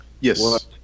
Yes